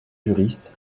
juristes